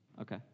Okay